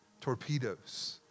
torpedoes